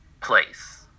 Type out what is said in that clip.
place